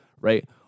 right